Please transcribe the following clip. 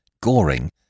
goring